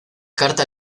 carta